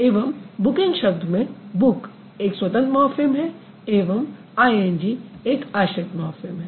एवं बुकिंग शब्द में बुक एक स्वतंत्र मॉर्फ़िम हैं एवं आईएनजी एक आश्रित मॉर्फ़िम है